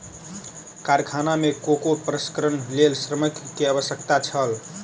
कारखाना में कोको प्रसंस्करणक लेल श्रमिक के आवश्यकता छल